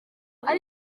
ari